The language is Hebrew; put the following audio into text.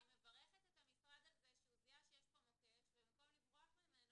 אני מברכת את המשרד על זה שהוא זיהה שיש פה מוקש ובמקום לברוח ממנו,